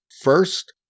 First